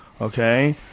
okay